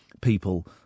people